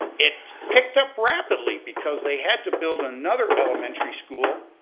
it picked up rapidly because they had to build another elementary school,